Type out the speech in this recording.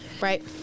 right